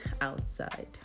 outside